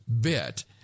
bit